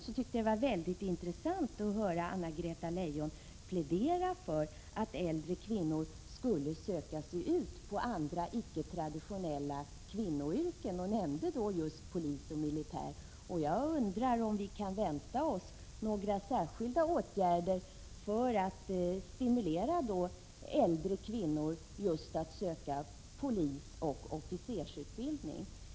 Jag tyckte emellertid att det var intressant att höra Anna-Greta Leijon plädera för att äldre kvinnor skulle söka sig ut till andra, icke-traditionella kvinnoyrken och att hon då nämnde just polisoch militäryrkena. Jag undrar om vi kan vänta oss några särskilda åtgärder för att stimulera äldre kvinnor att söka just polisoch officersutbildning.